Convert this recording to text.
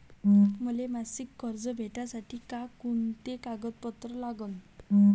मले मासिक कर्ज भेटासाठी का कुंते कागदपत्र लागन?